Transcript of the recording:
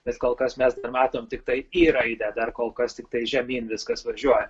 bet kol kas mes dar matom tiktai i raidę dar kol kas tiktai žemyn viskas važiuoja